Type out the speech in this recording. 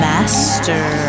Master